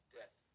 death